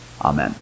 Amen